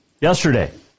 yesterday